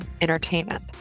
Entertainment